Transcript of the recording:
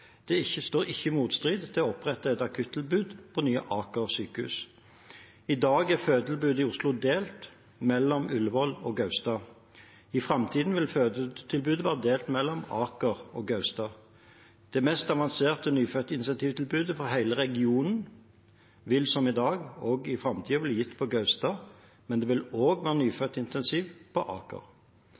står ikke i motstrid til å opprette et akuttilbud på nye Aker sykehus. I dag er fødetilbudet i Oslo delt mellom Ullevål og Gaustad. I framtiden vil fødetilbudet være delt mellom Aker og Gaustad. Det mest avanserte nyfødtintensivtilbudet for hele regionen vil, som i dag, også i framtiden bli gitt på Gaustad, men det vil også være nyfødtintensiv på Aker.